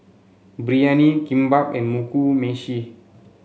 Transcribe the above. Biryani Kimbap and Mugi Meshi